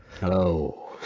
Hello